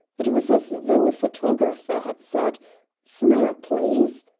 it was as though a photographer had said smile, please,